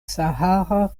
sahara